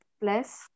plus